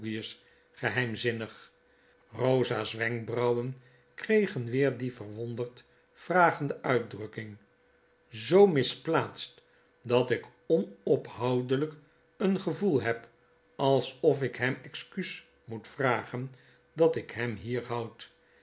geheimzinnig rosa's wenkbrauwen kregen weer die verwonderd vragende uitdrukking zoo misplaatst dat ik onophoudelijk een gevoel heb alsof ik hem excuus moet vragen dat ik hem hier houd